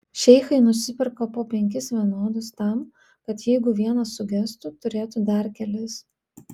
šeichai nusiperka po penkis vienodus tam kad jeigu vienas sugestų turėtų dar kelis